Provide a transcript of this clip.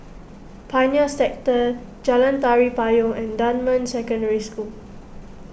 Pioneer Sector Jalan Tari Payong and Dunman Secondary School